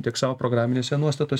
tiek savo programinėse nuostatos